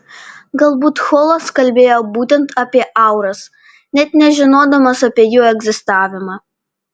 galbūt holas kalbėjo būtent apie auras net nežinodamas apie jų egzistavimą